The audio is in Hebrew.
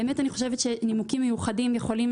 באמת אני חושבת שנימוקים מיוחדים יכולים